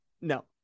no